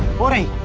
what are you